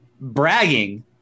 bragging